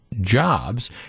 jobs